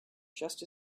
just